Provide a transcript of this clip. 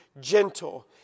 gentle